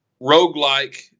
roguelike